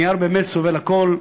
הנייר באמת סובל הכול,